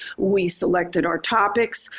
we selected our topics.